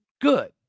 good